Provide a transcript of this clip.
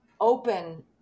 open